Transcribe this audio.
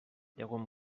llegum